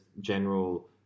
general